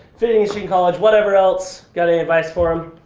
finishing college, whatever else, got any advice for em?